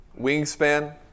Wingspan